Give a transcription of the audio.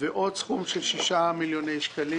ועוד סכום של 6 מיליוני שקלים,